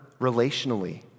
relationally